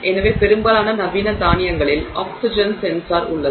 எனவே பெரும்பாலான நவீன தானியங்கிகளில் ஆக்சிஜன் சென்சார் உள்ளது